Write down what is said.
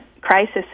crisis